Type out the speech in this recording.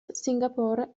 singapore